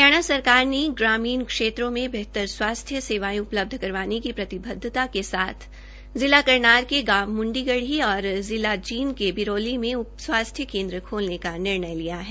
हरियाणा सरकार ने ग्रामीण क्षेत्रों में बेहतर स्वास्थ्य सेवायें उपलब्ध करवाने की प्रतिबदवता के साथ जिला करनाल के गांव म्ंडीगढ़ी और जिला जींद के बिरोली मे उप स्वास्थ्य केन्द्र खोलने का निर्णय लिया है